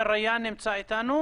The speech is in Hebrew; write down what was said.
אני רוצה לתת עצה, ד"ר מנסור.